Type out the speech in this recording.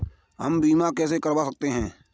हम बीमा कैसे करवा सकते हैं?